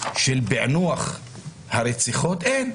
של פענוח הרציחות אין.